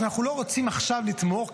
אנחנו לא רוצים עכשיו לתמוך,